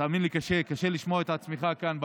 תאמין לי, קשה, קשה לשמוע את עצמך כאן במליאה.